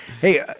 Hey